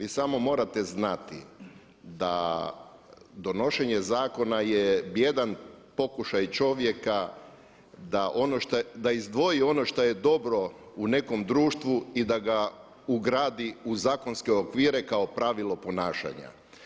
I samo morate znati da donošenje zakona je bijedan pokušaj čovjeka da izdvoji ono što je dobro u nekom društvu i da ga ugradi u zakonske okvire kao pravilo ponašanja.